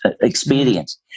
experience